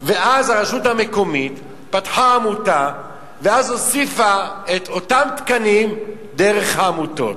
ואז הרשות המקומית פתחה עמותה והוסיפה את אותם תקנים דרך העמותות.